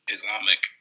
Islamic